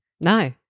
No